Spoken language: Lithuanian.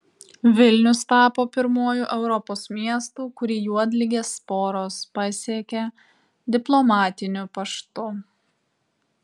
vilnius tapo pirmuoju europos miestu kurį juodligės sporos pasiekė diplomatiniu paštu